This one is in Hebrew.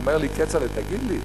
אומר לי כצל'ה: תגיד לי,